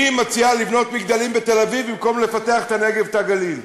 היא מציעה לבנות מגדלים בתל-אביב במקום לפתח את הנגב ואת הגליל.